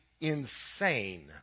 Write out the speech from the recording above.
insane